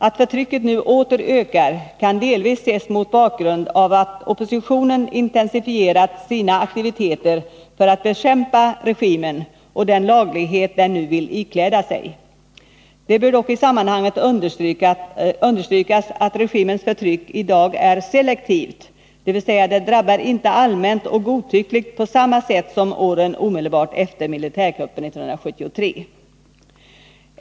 Att förtrycket nu åter ökar kan delvis ses mot 86 bakgrund av att oppositionen intensifierat sina aktiviteter för att bekämpa regimen och den laglighet den nu vill ikläda sig. Det bör dock i Nr 16 sammanhanget understrykas att regimens förtryck i dag är selektivt, dvs. det drabbar inte allmänt och godtyckligt på samma sätt som åren omedelbart efter militärkuppen 1973.